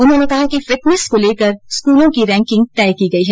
उन्होंने कहा कि फिटनेस को लेकर स्कूलों की रैंकिंग तय की गई है